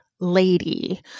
Lady